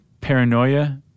paranoia